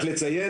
רק לציין,